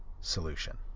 solution